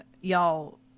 y'all